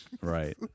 Right